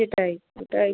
সেটাই সেটাই